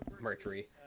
mercury